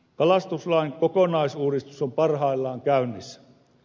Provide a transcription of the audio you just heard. kalastuslain kokonaisuudistus on parhaillaan käynnissä